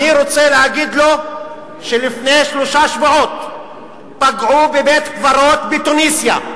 אני רוצה להגיד לו שלפני שלושה שבועות פגעו בבית-קברות בתוניסיה,